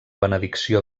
benedicció